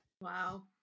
wow